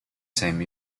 same